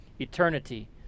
eternity